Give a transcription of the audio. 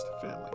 family